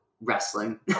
wrestling